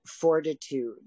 fortitude